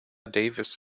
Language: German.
davis